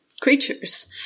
creatures